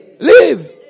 leave